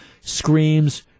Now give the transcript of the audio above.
screams